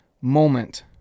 moment